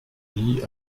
lie